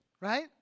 right